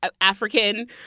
african